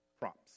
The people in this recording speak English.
prompts